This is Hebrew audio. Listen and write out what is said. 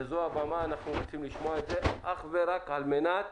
זו הבמה, אנחנו רוצים לשמוע על זה, אך ורק על מנת